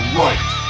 right